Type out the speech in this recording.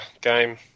game